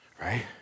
right